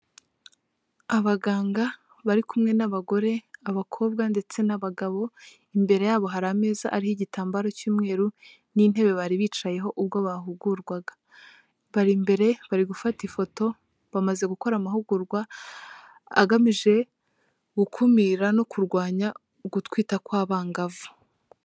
Abaganga bari kumwe n'abagore, abakobwa ndetse n'abagabo. Imbere yabo hari ameza ariho igitambaro cy'umweru n'intebe bari bicayeho ubwo bahugurwaga. Bari imbere, barigufata ifoto, bamaze gukora amahugurwa agamije gukumira no kurwanya ugutwita kw'abangavu.